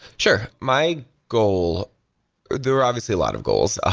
sure. my goal there are obviously a lot of goals. ah